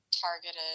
targeted